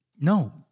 No